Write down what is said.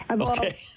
okay